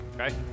Okay